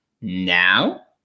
Now